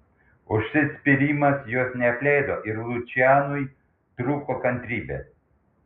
užsispyrimas jos neapleido ir lučianui trūko kantrybė